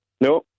No